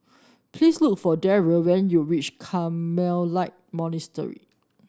please look for Daryl when you reach Carmelite Monastery